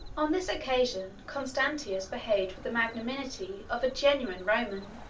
on this occasion, constantius behaved with the magnanimity of a genuine roman.